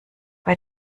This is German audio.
bei